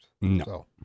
No